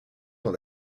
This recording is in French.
dans